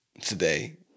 today